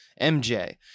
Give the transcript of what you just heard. MJ